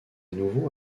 nouveau